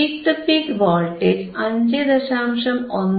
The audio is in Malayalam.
peak to peak voltage 5